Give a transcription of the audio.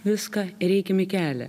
viską ir eikim į kelią